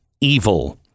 evil